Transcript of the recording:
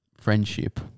friendship